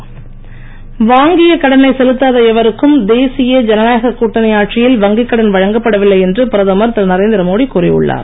மோடி வாங்கிய கடனை செலுத்தாத எவருக்கும் தேசிய ஜனநாயக கூட்டணி ஆட்சியில் வங்கி கடன் வழங்கப்படவில்லை என்று பிரதமர் திரு நரேந்திரமோடி கூறி உள்ளார்